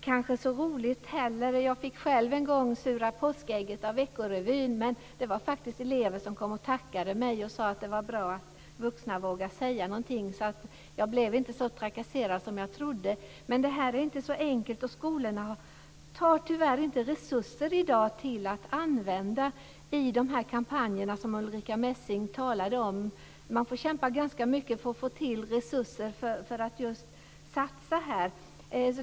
Jag fick själv en gång "sura påskägget" av Vecko-Revyn, men det var faktiskt elever som kom och tackade mig och sade att det var bra att vuxna vågar säga någonting. Jag blev inte så trakasserad som jag trodde. Det här är inte så enkelt. Skolorna har tyvärr i dag inte resurser som de kan använda till de kampanjer som Ulrica Messing talar om. Man får kämpa ganska mycket för att få resurser för att satsa.